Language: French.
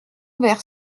vers